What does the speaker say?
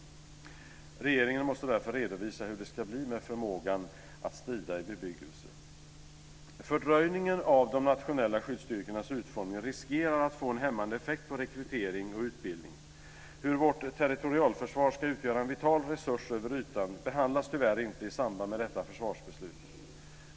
Regeringen måste därför redovisa hur det ska bli med förmågan att strida i bebyggelse. Fördröjningen av de nationella skyddsstyrkornas utformning riskerar att få en hämmande effekt på rekrytering och utbildning. Hur vårt territorialförsvar ska utgöra en vital resurs över ytan behandlas tyvärr inte i samband med detta försvarsbeslut.